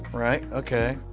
right, okay.